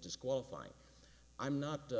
disqualifying i'm not